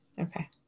Okay